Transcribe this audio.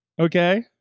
Okay